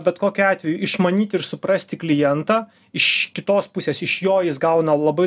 bet kokiu atveju išmanyt ir suprasti klientą iš kitos pusės iš jo jis gauna labai